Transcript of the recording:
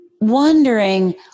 wondering